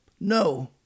No